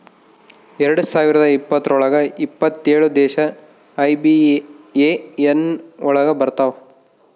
ಎರಡ್ ಸಾವಿರದ ಇಪ್ಪತ್ರೊಳಗ ಎಪ್ಪತ್ತೇಳು ದೇಶ ಐ.ಬಿ.ಎ.ಎನ್ ಒಳಗ ಬರತಾವ